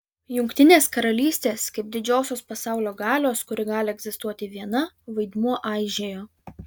jungtinės karalystės kaip didžiosios pasaulio galios kuri gali egzistuoti viena vaidmuo aižėjo